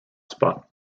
spot